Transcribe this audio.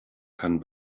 kann